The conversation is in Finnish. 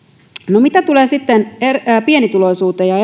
no mitä tulee sitten pienituloisuuteen ja